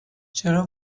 چرا